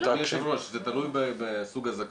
אדוני היושב ראש, זה תלוי בסוג הזכאות,